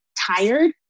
tired